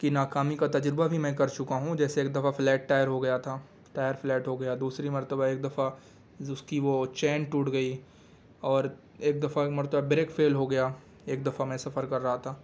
کی ناکامی کا تجربہ بھی میں کر چکا ہوں جیسے ایک دفعہ فلیٹ ٹائر ہو گیا تھا ٹائر فلیٹ ہو گیا دوسری مرتبہ ایک دفعہ جس کی وہ چین ٹوٹ گئی اور ایک دفعہ ایک مرتبہ بریک فیل ہو گیا ایک دفعہ میں سفر کر رہا تھا